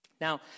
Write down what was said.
Now